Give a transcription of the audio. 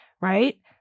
right